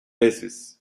veces